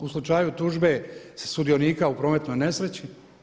U slučaju tužbe sudionika u prometnoj nesreći?